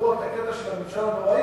לקחו את הקטע של הממשל הנוראי,